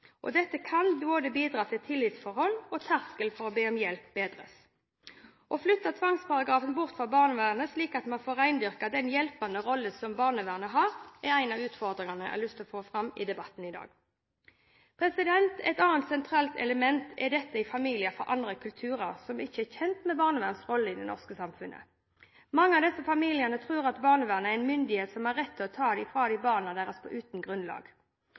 Dette kan bidra til at tillitsforholdet bedres, og at terskelen for å be om hjelp blir lavere. Å flytte tvangsparagrafen bort fra barnevernet, slik at man får rendyrket den hjelpende rollen som barnevernet har, er en av utfordringene jeg har lyst til å få fram i debatten i dag. Et annet sentralt element er dette med familier fra andre kulturer som ikke er kjent med barnevernets rolle i det norske samfunnet. Mange av disse familiene tror at barnevernet er en myndighet som har rett til å ta fra dem barna deres uten grunnlag.